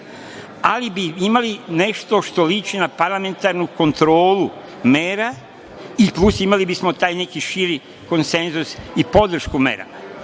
ali bi imali nešto što liči na parlamentarnu kontrolu mera i plus, imali bismo taj neki širi konsenzus i podršku mera. Ovako